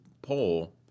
Poll